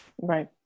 right